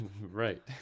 Right